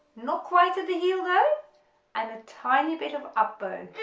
not quite at the heel though and a tiny bit of up bow,